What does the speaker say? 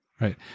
Right